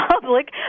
public